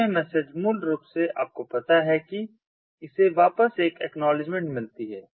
तो यह मैसेज मूल रूप से आपको पता है कि इसे वापस एक एक्नॉलेजमेंट मिलती है